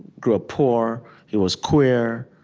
grew up poor. he was queer,